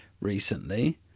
recently